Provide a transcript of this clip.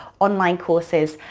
online courses,